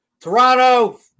Toronto